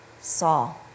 Saul